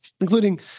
including